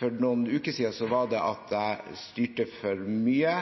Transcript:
For noen uker siden var det at jeg styrte for mye